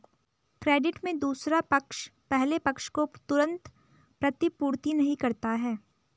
credit में दूसरा पक्ष पहले पक्ष को तुरंत प्रतिपूर्ति नहीं करता है